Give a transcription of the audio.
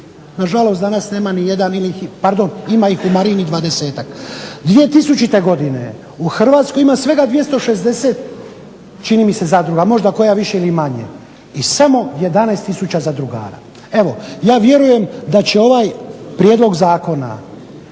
pardon ima ih u marini dvadesetak. 2000. godine u Hrvatskoj ima svega 260 čini mi se zadruga, možda koja više ili manje i samo 11000 zadrugara. Evo ja vjerujem da će ovaj prijedlog zakona